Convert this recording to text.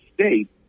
state